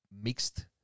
mixed